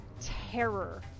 terror